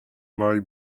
may